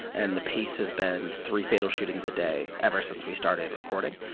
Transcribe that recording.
and the pace has been three fatal shootings a day ever since we started recording.